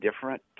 different